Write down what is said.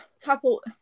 couple